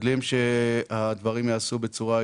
משתדלים שהדברים ייעשו בצורה יעילה.